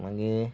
मागीर